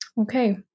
okay